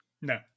no